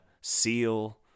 Seal